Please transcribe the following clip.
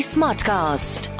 Smartcast